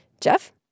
Jeff